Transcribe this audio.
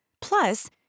Plus